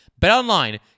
BetOnline